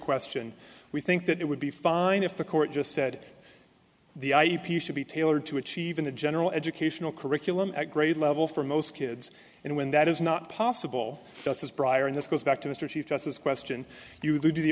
question we think that it would be fine if the court just said the i e should be tailored to achieve in the general educational curriculum at grade level for most kids and when that is not possible just as briar and this goes back to mr chief justice question if you do the